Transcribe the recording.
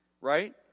right